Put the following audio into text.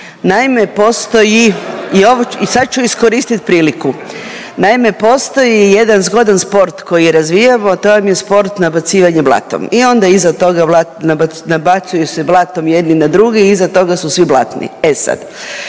naime postoji jedan zgodan sport koji razvijamo, a to vam je sport nabacivanjem blatom i onda iza toga nabacuju se blatom jedni na druge i iza toga su svi blatni. E sad,